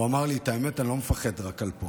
הוא אמר לי: האמת היא שאני לא מפחד רק על פה,